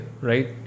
right